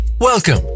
Welcome